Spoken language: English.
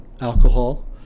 alcohol